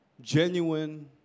genuine